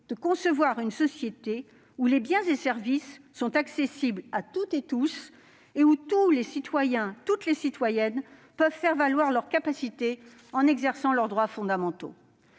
de concevoir une société où les biens et services sont accessibles à toutes et à tous et où toutes les citoyennes et tous les citoyens peuvent faire valoir leurs capacités en exerçant leurs droits fondamentaux.